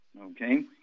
Okay